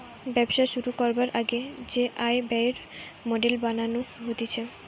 ব্যবসা শুরু করবার আগে যে আয় ব্যয়ের মডেল বানানো হতিছে